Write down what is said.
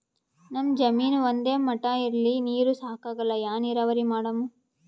ನಮ್ ಜಮೀನ ಒಂದೇ ಮಟಾ ಇಲ್ರಿ, ನೀರೂ ಸಾಕಾಗಲ್ಲ, ಯಾ ನೀರಾವರಿ ಮಾಡಮು?